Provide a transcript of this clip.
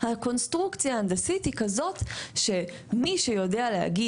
הקונסטרוקציה ההנדסית היא כזאת שמי שיודע להגיד